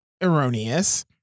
erroneous